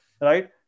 right